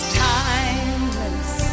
timeless